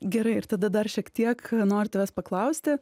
gerai ir tada dar šiek tiek noriu tavęs paklausti